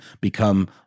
become